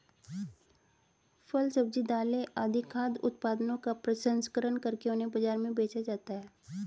फल, सब्जी, दालें आदि खाद्य उत्पादनों का प्रसंस्करण करके उन्हें बाजार में बेचा जाता है